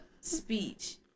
speech